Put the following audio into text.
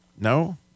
No